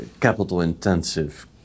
capital-intensive